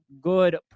good